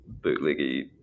bootleggy